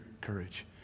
courage